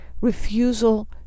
refusal